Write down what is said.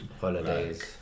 Holidays